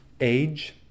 Age